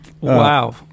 Wow